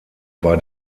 war